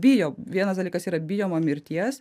bijo vienas dalykas yra bijoma mirties